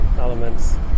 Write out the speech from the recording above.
elements